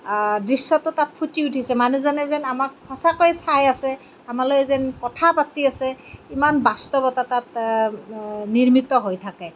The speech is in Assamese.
দৃশ্যটো তাত ফুটি উঠিছে মানুহজনে যেন আমাক সঁচাকৈ চাই আছে আমালৈ যেন কথা পাতি আছে ইমান বাস্তৱতা তাত নিৰ্মিত হৈ থাকে